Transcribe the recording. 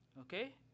okay